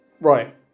Right